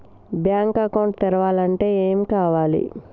Bank account తెరవాలంటే ఏమేం కావాలి?